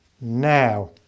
Now